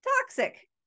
Toxic